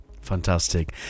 Fantastic